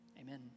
amen